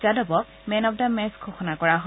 যাদৱক man of the match ঘোষণা কৰা হয়